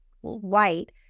white